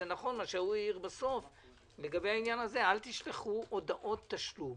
זה נכון מה שהעירו פה - אל תשלחו הודעות תשלום